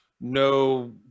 No